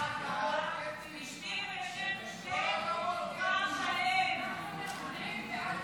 להעביר את הצעת חוק בינוי ופינוי של אזורי שיקום (כפר שלם),